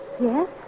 Yes